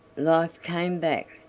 life came back,